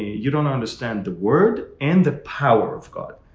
you don't understand the word and the power of god.